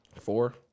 Four